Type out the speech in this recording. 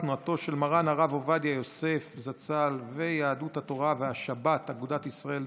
תנועתו של מרן הרב עובדיה יוסף זצ"ל ויהדות התורה והשבת אגודת ישראל,